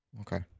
Okay